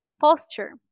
posture